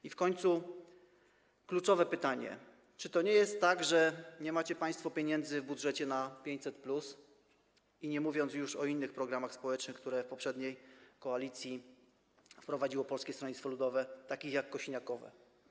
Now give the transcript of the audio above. I w końcu kluczowe pytanie: Czy to nie jest tak, że nie macie państwo pieniędzy w budżecie na 500+, nie mówiąc już o innych programach społecznych, które w poprzedniej koalicji wprowadziło Polskie Stronnictwo Ludowe, takich jak kosiniakowe?